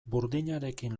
burdinarekin